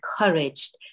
encouraged